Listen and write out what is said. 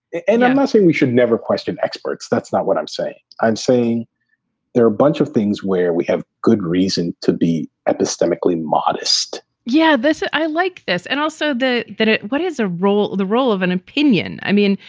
and i'm not saying we should never question experts. that's not what i'm saying. i'm saying there are a bunch of things where we have good reason to be epistemically modest yeah, this ah i like this. and also the what is a role, the role of an opinion. i mean,